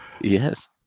Yes